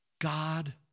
God